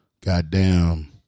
Goddamn